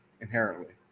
inherently